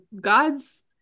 gods